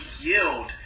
yield